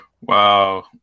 Wow